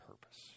purpose